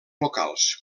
locals